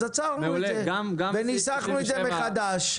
אז עצרנו את זה וניסחנו את זה מחדש.